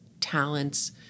talents